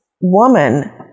woman